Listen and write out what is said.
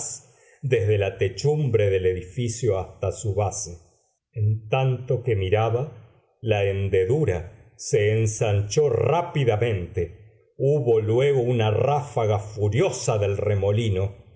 desde la techumbre del edificio hasta su base en tanto que miraba la hendedura se ensanchó rápidamente hubo luego una ráfaga furiosa del remolino